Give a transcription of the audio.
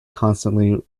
constantly